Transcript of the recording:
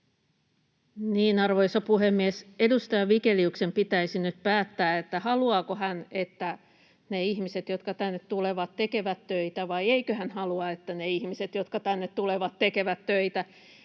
Arvoisa puhemies! Edustaja Vigeliuksen pitäisi nyt päättää, haluaako hän, että ne ihmiset, jotka tänne tulevat, tekevät töitä, vai eikö hän halua, että ne ihmiset, jotka tänne tulevat, tekevät töitä.